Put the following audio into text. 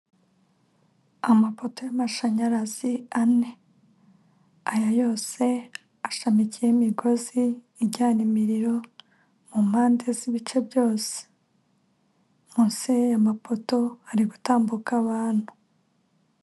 Amapoto y'amashanyarazi ane aya yose ashamikiyeho imigozi ijyana imiriro mu mpande z'ibice byose munsi y'aya mapoto hari gutambuka abantu.